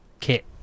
kit